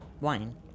Wine